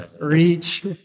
Reach